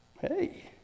Hey